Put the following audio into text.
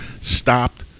stopped